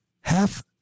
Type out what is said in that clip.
Half